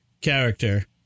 character